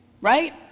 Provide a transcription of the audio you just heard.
Right